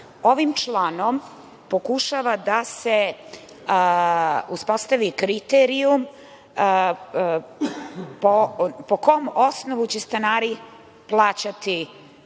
članom pokušava da se uspostavi kriterijum po kom osnovu će stanari plaćati